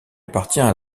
appartient